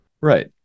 Right